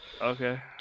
Okay